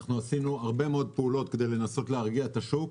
אנחנו עשינו הרבה מאוד פעולות כדי לנסות להרגיע את השוק,